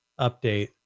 update